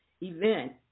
event